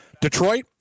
Detroit